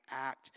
act